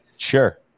Sure